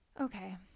Okay